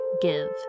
give